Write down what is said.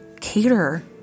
cater